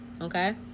okay